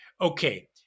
okay